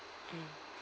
mm